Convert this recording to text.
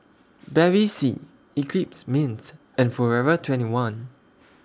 Bevy C Eclipse Mints and Forever twenty one